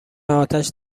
آتش